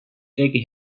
keegi